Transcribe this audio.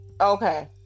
okay